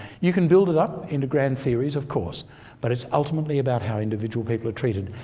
you can build it up in the grand theories of course but it's ultimately about how individual people are treated.